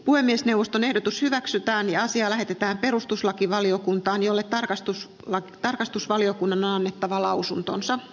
puhemiesneuvoston ehdotus hyväksytään ja asia lähetetään perustuslakivaliokuntaan jolle tarkastus tarkastusvaliokunnan annettava lausuntonsa